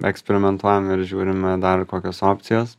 eksperimentuojam ir žiūrime dar kokios opcijos